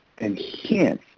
enhance